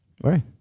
Right